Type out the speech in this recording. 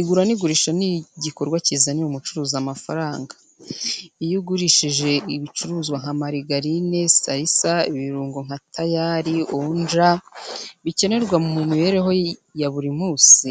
Igura n'igurisha ni igikorwa kizanira umucuruzi amafaranga. Iyo ugurishije ibicuruzwa nka marigarine, sarisa, ibirungo nka tayari, onja, bikenerwa mu mibereho ya buri munsi,